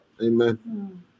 Amen